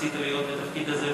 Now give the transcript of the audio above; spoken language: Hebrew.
כי מאוד רצית להיות בתפקיד הזה,